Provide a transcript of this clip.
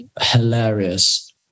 hilarious